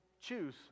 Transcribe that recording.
choose